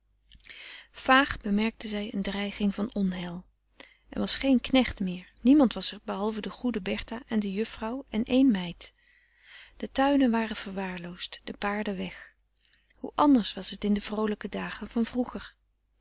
vaag bemerkte zij een dreiging van onheil er was geen knecht meer niemand was er behalve de goede bertha en de juffrouw en één meid de tuinen waren verwaarloosd de paarden weg hoe anders was het in de vroolijke dagen van vroeger